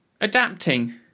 adapting